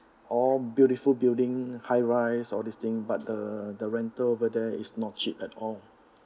all beautiful building high rise all this thing but the the rental over there is not cheap at all